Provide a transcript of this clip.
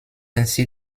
ainsi